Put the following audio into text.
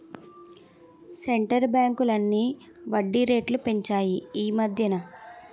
centre బ్యాంకులన్నీ వడ్డీ రేట్లు పెంచాయి ఈమధ్యన